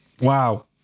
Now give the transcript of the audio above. Wow